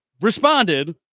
responded